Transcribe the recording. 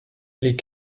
les